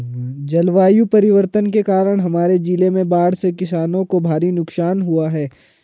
जलवायु परिवर्तन के कारण हमारे जिले में बाढ़ से किसानों को भारी नुकसान हुआ है